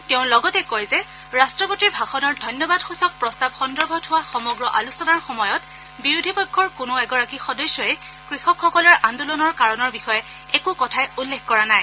তেওঁ লগতে কয় যে ৰট্টপতিৰ ভাষণৰ ধন্যবাদসূচক প্ৰস্তাৱ সন্দৰ্ভত হোৱা সমগ্ৰ আলোচনাৰ সময়ত বিৰোধী পক্ষৰ কোনো এগৰাকী সদস্যয়েই কৃষকসকলৰ আন্দোলনৰ কাৰণৰ বিষয়ে একো কথাই উল্লেখ কৰা নাই